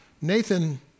Nathan